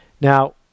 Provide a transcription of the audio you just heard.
now